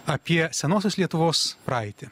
apie senosios lietuvos praeitį